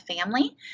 family